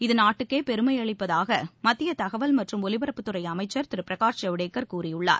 இது நாட்டுக்கே பெருமை அளிப்பதாக மத்திய தகவல் மற்றும் ஒலிபரப்புத்துறை அமைச்சர் திரு பிரகாஷ் ஜவ்டேகர் கூறியுளளார்